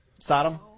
Sodom